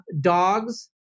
dogs